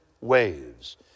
waves